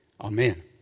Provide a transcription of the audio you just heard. Amen